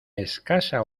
escasa